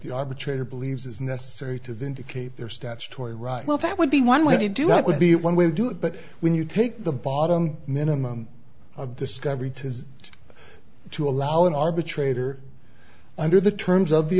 the arbitrator believes is necessary to vindicate their statutory right well that would be one way to do that would be one way to do it but when you take the bottom minimum of discovery to is to allow an arbitrator under the terms of the